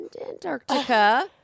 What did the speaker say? Antarctica